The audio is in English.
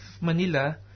Manila